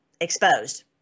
exposed